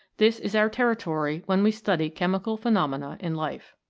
this is our territory when we study chemical phenomena in life.